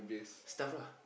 stealth lah